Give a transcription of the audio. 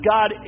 God